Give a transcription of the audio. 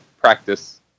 practice